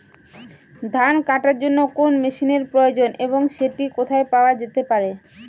ধান কাটার জন্য কোন মেশিনের প্রয়োজন এবং সেটি কোথায় পাওয়া যেতে পারে?